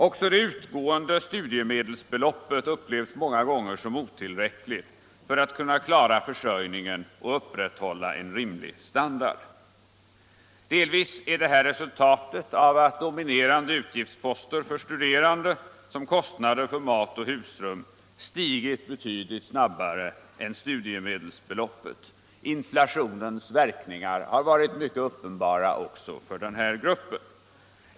Också det utgående studiemedelsbeloppet upplevs många gånger som otillräckligt för att kunna klara försörjningen och upprätthålla en rimlig standard. Delvis är detta resultatet av att dominerande utgiftsposter för studerande som kostnader för mat och husrum har stigit betydligt snabbare än studiemedelsbeloppet. Inflationens verkningar har varit mycket uppenbara också för den här gruppen.